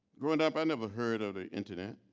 growing up i never heard of the internet.